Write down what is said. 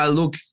look